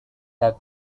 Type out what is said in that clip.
have